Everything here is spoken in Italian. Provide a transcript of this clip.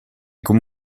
come